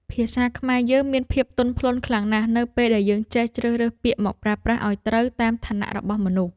ភាសាខ្មែរយើងមានភាពទន់ភ្លន់ខ្លាំងណាស់នៅពេលដែលយើងចេះជ្រើសរើសពាក្យមកប្រើប្រាស់ឱ្យត្រូវតាមឋានៈរបស់មនុស្ស។